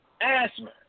asthma